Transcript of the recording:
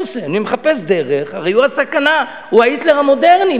הרי הוא הסכנה, הוא היטלר המודרני.